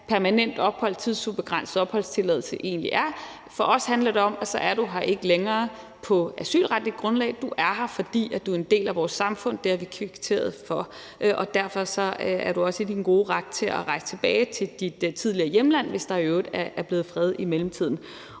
permanent ophold og tidsubegrænset opholdstilladelse egentlig er. For os handler det om, at så er du her ikke længere på et asylretligt grundlag; du er her, fordi du er en del af vores samfund. Det har vi kvitteret for, og derfor er du også i din gode ret til at rejse tilbage til dit tidligere hjemland, hvis der i øvrigt er blevet fred i mellemtiden.